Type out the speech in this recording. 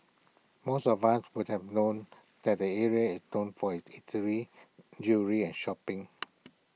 most of us would have known that the area is known for its eateries jewellery and shopping